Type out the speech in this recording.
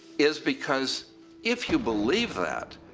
is because if you believe that,